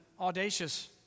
audacious